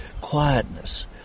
quietness